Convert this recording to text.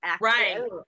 right